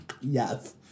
Yes